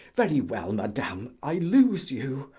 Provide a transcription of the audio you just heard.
very well, madame, i lose you!